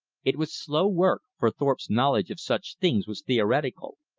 it was slow work, for thorpe's knowledge of such things was theoretical.